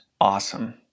awesome